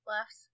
left